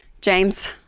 James